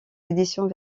éditions